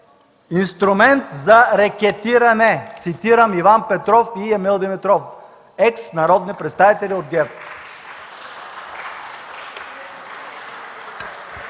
„инструмент за рекетиране”! Цитирам Иван Петров и Емил Димитров – екс народни представители от ГЕРБ.